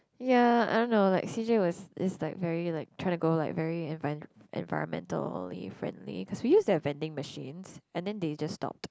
ya I don't know like C_J is like very like try to go like very environmentally friendly because we used to have vending machines and then they just stopped